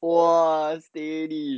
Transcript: !wah! steady